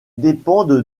dépendent